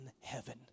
heaven